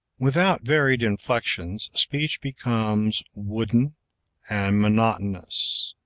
without varied inflections speech becomes wooden and monotonous.